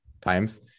times